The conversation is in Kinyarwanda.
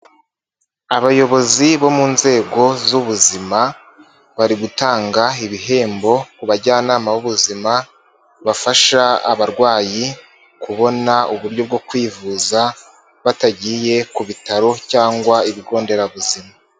Abayobozi bo mu nzego z'ubuzima, bari gutanga ibihembo ku bajyanama b'ubuzima bafasha abarwayi kubona uburyo bwo kwivuza, batagiye ku bitaro cyangwa ibigo nderabuzima.